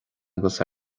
agus